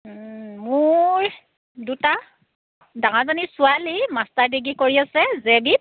মোৰ দুটা ডাঙৰজনী ছোৱালী মাষ্টাৰ ডিগ্ৰী কৰি আছে জে বিত